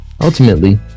Ultimately